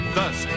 Thus